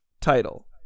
title